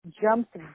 jumped